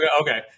okay